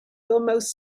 almost